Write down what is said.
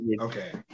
Okay